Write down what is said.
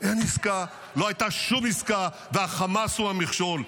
אין עסקה, לא הייתה שום עסקה, והחמאס הוא המכשול.